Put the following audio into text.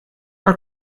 our